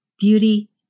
beauty